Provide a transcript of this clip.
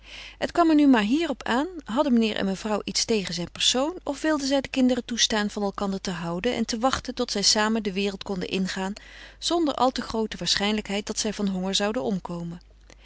het kwam er nu maar hier op aan hadden meneer en mevrouw iets tegen zijn persoon of wilden zij de kinderen toestaan van elkander te houden en te wachten tot zij samen de wereld konden ingaan zonder al te groote waarschijnlijkheid dat zij van honger zouden omkomen